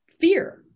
fear